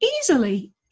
easily